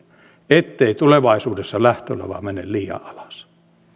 ettei tulevaisuudessa lähtölava mene liian alas